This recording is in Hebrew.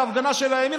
באיזו הפגנה של הימין,